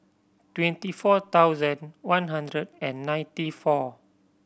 twenty four thousand one hundred and ninety four